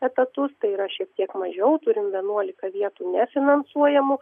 etatus tai yra šiek tiek mažiau turim vienuolika vietų nefinansuojamų